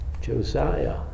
Josiah